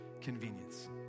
convenience